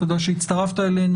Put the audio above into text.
תודה שהצטרפת אלינו.